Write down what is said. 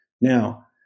Now